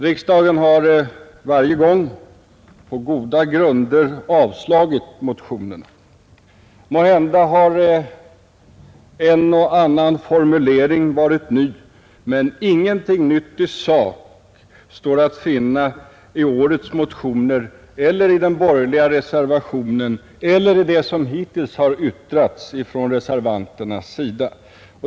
Riksdagen har varje gång, på goda grunder, avslagit motionerna. Måhända har en och annan formulering varit ny, men ingenting nytt i sak står att finna i årets motioner, i den borgerliga reservationen eller i det som hittills har yttrats från reservanternas sida.